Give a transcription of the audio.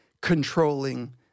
controlling